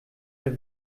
der